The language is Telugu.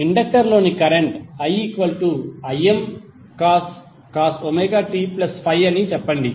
ఇండక్టర్ లోని కరెంట్ iImcos ωt∅ అని చెప్పండి